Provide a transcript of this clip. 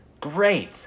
Great